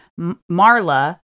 Marla-